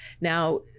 now